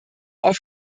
auf